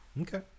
Okay